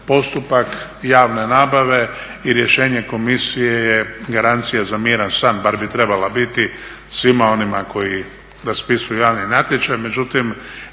postupak javne nabave i rješenje Komisije je garancija za miran san, bar bi trebala biti svima onima koji raspisuju javni natječaj.